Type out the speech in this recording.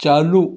چالو